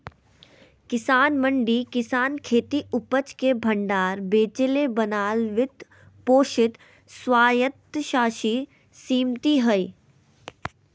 किसान मंडी किसानखेती उपज के भण्डार बेचेले बनाल वित्त पोषित स्वयात्तशासी समिति हइ